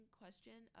question